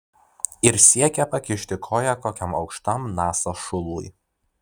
ir siekia pakišti koją kokiam aukštam nasa šului